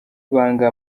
ibanga